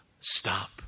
stop